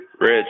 Rich